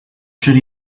should